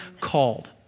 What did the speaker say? called